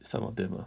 some of them ah